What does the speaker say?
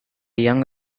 young